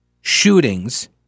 shootings